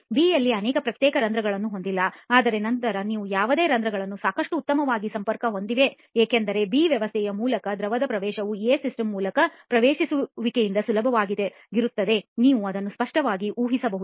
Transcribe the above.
B ಯಲ್ಲಿ ನೀವು ಅನೇಕ ಪ್ರತ್ಯೇಕ ರಂಧ್ರಗಳನ್ನು ಹೊಂದಿಲ್ಲ ಆದರೆ ನಂತರ ಯಾವುದೇ ರಂಧ್ರಗಳು ಸಾಕಷ್ಟು ಉತ್ತಮವಾಗಿ ಸಂಪರ್ಕ ಹೊಂದಿವೆ ಏಕೆಂದರೆ ಬಿ ವ್ಯವಸ್ಥೆಯ ಮೂಲಕ ದ್ರವದ ಪ್ರವೇಶವು ಎ ಸಿಸ್ಟಮ್ ಮೂಲಕ ಪ್ರವೇಶಿಸುವಿಕೆಗಿಂತ ಸುಲಭವಾಗುತ್ತದೆ ನೀವು ಅದನ್ನು ಸ್ಪಷ್ಟವಾಗಿ ಊಹಿಸಬಹುದು